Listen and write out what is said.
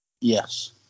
Yes